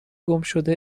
گمشده